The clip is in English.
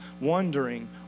wondering